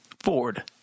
Ford